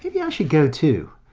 yeah should go too.